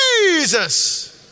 Jesus